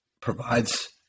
provides